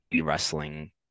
wrestling